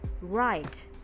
right